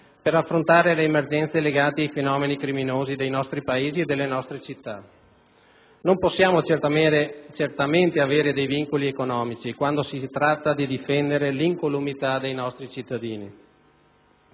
per affrontare le emergenze legate ai fenomeni criminosi dei nostri paesi e delle nostre città. Non possiamo certamente avere vincoli economici quando si tratta di difendere l'incolumità dei nostri cittadini.